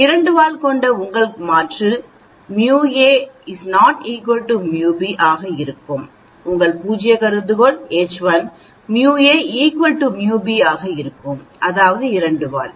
இரண்டு வால் கொண்ட உங்கள் மாற்று μA ≠ μB ஆக இருக்கும் உங்கள் பூஜ்ய கருதுகோள் H1 μA μB ஆக இருக்கும் அதாவது இரண்டு வால்